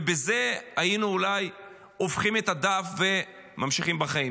ובזה היינו אולי הופכים את הדף וממשיכים בחיים.